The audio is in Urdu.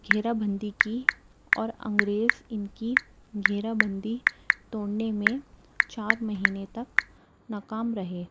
گھیرا بندی کی اور انگریز ان کی گھیرا بندی توڑنے میں چار مہینے تک ناکام رہے